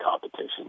competition